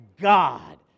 God